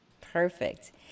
Perfect